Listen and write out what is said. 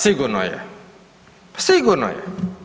Sigurno je, sigurno je.